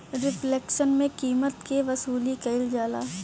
reflection में कीमत के वसूली कईल जाला